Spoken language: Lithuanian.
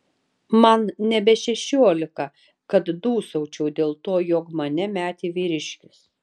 man nebe šešiolika kad dūsaučiau dėl to jog mane metė vyriškis